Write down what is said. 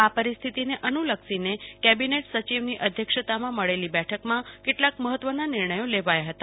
આ પરિસ્થિતિન અનુલશ્વીને કેબીનેટ સચિવની અધ્યક્ષતામાં મળેલી બેઠકમાં કેટલાક મહત્વના નિર્ણયો લેવાયા હતા